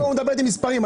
הוא מדבר איתי במספרים.